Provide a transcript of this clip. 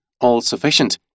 all-sufficient